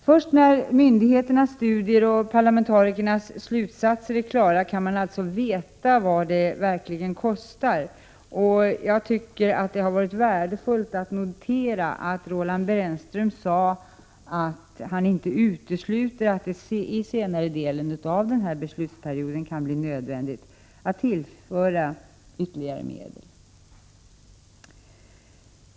Först när myndigheternas studier och parlamentarikernas slutsatser är klara kan man veta vad det verkligen kostar att bygga tillräckligt med skyddsrum, och det var värdefullt att notera att Roland Brännström sade att haniinte utesluter att det i senare delen av beslutsperioden kan bli nödvändigt att tillföra ytterligare medel.